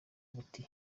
buti